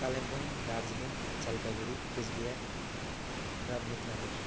कालिम्पोङ्ग दार्जिलिङ जलपाईगुडी कुचबिहार र मेदिनीपुर